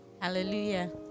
hallelujah